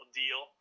deal